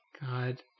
God